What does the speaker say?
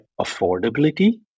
affordability